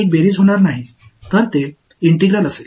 இது ஒரு சுருக்கமாக இருக்காது இது ஒரு இன்டெக்ரல் இருக்கும்